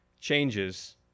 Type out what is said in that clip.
changes